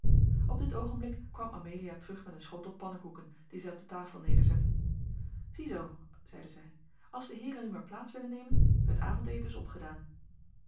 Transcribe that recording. op dit oogenblik kwam amelia terug met een schotel pannekoeken dien zij op de tafel nederzette ziezoo zeide zij als de heeren nu maar plaats willen nemen het avondeten is opgedaan